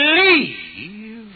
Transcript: believe